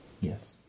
Yes